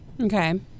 Okay